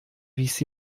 wies